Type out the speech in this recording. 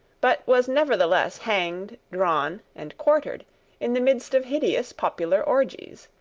but was nevertheless hanged, drawn and quartered in the midst of hideous popular orgies.